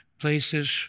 places